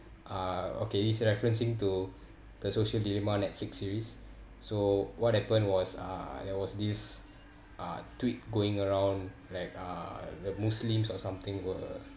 uh okay this is referencing to the social dilemma netflix series so what happened was uh there was this uh tweet going around like uh the muslims or something were